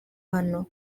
hano